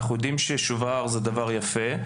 אנחנו יודעים ששובר זה דבר יפה,